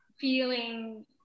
feeling